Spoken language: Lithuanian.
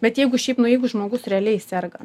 bet jeigu šiaip nu jeigu žmogus realiai serga